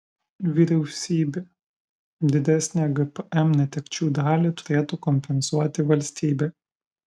vyriausybė didesnę gpm netekčių dalį turėtų kompensuoti valstybė